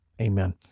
amen